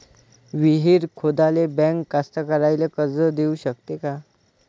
विहीर खोदाले बँक कास्तकाराइले कर्ज देऊ शकते का?